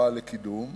זוכה לקידום,